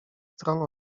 stron